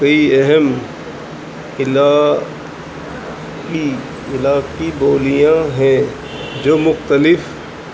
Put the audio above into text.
کئی اہم علا علاقائی بولیاں ہیں جو مختلف